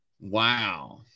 wow